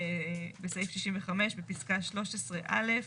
בסעיף 65 בפסקה (13)(א),